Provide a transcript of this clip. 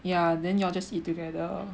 ya then you all just eat together